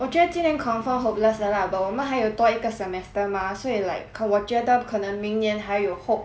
我觉得今年 confirm hopeless 了 lah but 我们还有多一个 semester mah 所以 like 可我觉得可能明年还有 hope